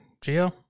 Geo